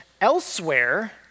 elsewhere